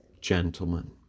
gentlemen